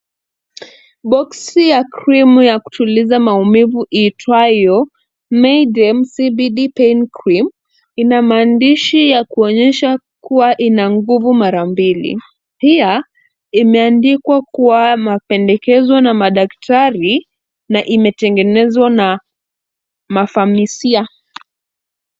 Boksi ya krimu ya kutuliza maumivu iitwayo Maydame CBD Pain Cream inamaandisha ya kuonyesha kuwa ina nguvu mara mbili. Pia imeandikwa kuwa mapendekezo na madaktari na imetengenezwa na mafamasia.